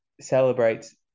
celebrates